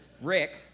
Rick